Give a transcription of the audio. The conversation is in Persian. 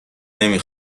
نمی